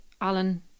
Alan